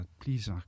please